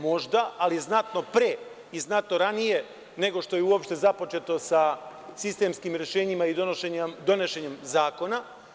Možda, ali znatno pre i znatno ranije nego što je uopšte započeto sa sistemskim rešenjima i donošenjem zakona.